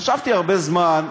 חשבתי הרבה זמן,